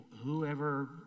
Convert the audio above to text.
whoever